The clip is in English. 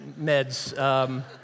Meds